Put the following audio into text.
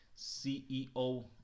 CEO